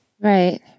Right